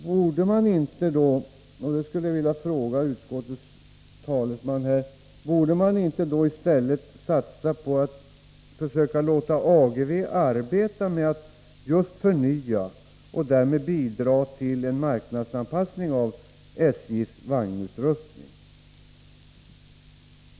Borde man inte i stället — och det vill jag fråga utskottets talesman — satsa på att försöka låta Ageve arbeta med att just förnya och därmed bidra till en marknadsanpassning av SJ:s vagnsutrustning?